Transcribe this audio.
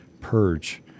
purge